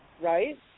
right